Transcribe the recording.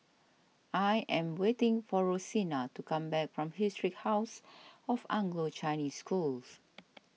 I am waiting for Rosina to come back from Historic House of Anglo Chinese School